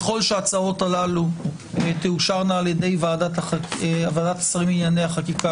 ככל שההצעות הלול תאושרנה על ידי ועדת שרים לענייני חקיקה,